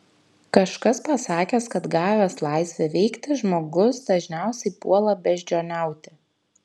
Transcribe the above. kažkas pasakęs kad gavęs laisvę veikti žmogus dažniausiai puola beždžioniauti